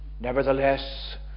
nevertheless